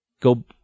Go